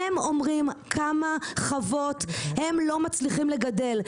הם אומרים כמה חוות הם לא מצליחים לגדל,